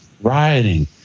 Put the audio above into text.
Rioting